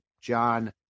John